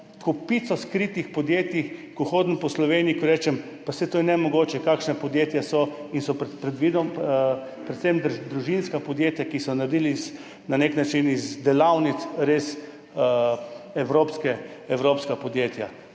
kopico skritih podjetij. Ko hodim po Sloveniji, rečem, pa saj to je nemogoče, kakšna podjetja so, in so predvsem družinska podjetja, ki so naredila na nek način iz delavnic res evropska podjetja.